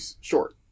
short